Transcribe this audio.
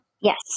Yes